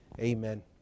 amen